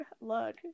Look